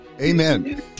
Amen